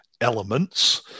elements